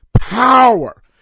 power